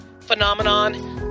phenomenon